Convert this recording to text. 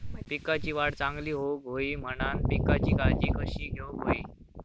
पिकाची वाढ चांगली होऊक होई म्हणान पिकाची काळजी कशी घेऊक होई?